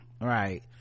Right